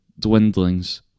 dwindlings